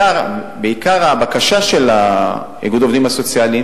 הבקשה העיקרית של איגוד העובדים הסוציאליים